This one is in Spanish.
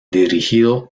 dirigido